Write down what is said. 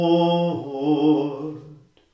Lord